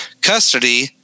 custody